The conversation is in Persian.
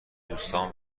دوستام